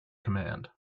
command